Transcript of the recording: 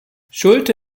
schulte